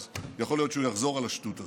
אז יכול להיות שהוא יחזור על השטות הזו.